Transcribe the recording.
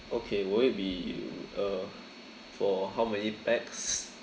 okay will it be uh for how many pax